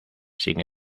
sin